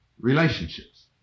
relationships